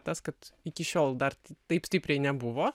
tas kad iki šiol dar taip stipriai nebuvo